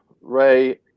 Ray